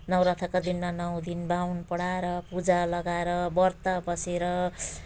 नौरथाको दिनमा नौ दिन बाहुन पढाएर पूजा लगाएर व्रत बसेर